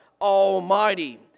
Almighty